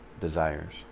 desires